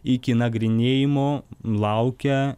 iki nagrinėjimo laukia